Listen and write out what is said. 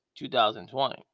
2020